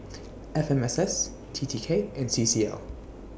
F M S S T T K and C C L